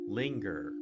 linger